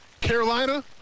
Carolina